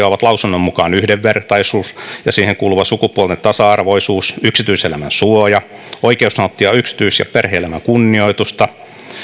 ovat lausunnon mukaan yhdenvertaisuus ja siihen kuuluva sukupuolten tasa arvoisuus yksityiselämän suoja oikeus nauttia yksityis ja perhe elämän kunnioitusta